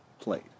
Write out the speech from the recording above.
played